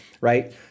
right